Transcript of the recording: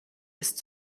ist